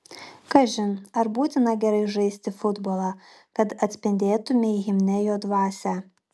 kažin ar būtina gerai žaisti futbolą kad atspindėtumei himne jo dvasią